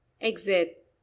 exit